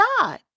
God